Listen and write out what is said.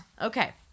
Okay